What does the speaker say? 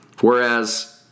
Whereas